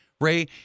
Ray